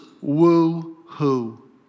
Woo-hoo